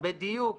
בדיוק